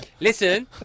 Listen